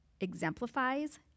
exemplifies